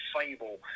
Fable